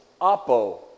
apo